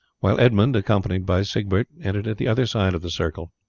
while edmund, accompanied by siegbert, entered at the other side of the circle.